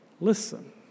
Listen